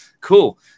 Cool